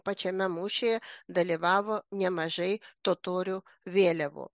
pačiame mūšyje dalyvavo nemažai totorių vėliavų